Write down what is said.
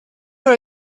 for